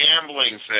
gambling